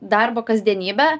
darbo kasdienybė